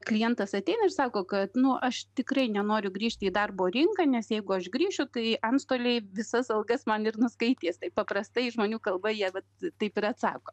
klientas ateina ir sako kad nu aš tikrai nenoriu grįžti į darbo rinką nes jeigu aš grįšiu tai antstoliai visas algas man ir nuskaitys tai paprastai žmonių kalba jie vat taip ir atsako